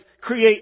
create